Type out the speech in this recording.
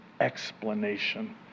explanation